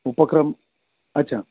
उपक्रम अच्छा